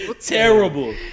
Terrible